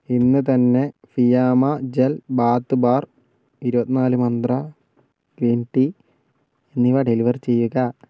ഇന്ന് തന്നെ Fiama gel bath bar ഇരുപത്തിനാല് മന്ത്ര ഗ്രീൻ ടീ എന്നിവ ഡെലിവർ ചെയ്യുക